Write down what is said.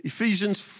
Ephesians